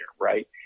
right